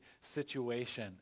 situation